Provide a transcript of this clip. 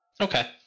okay